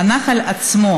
הנחל עצמו,